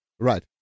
Right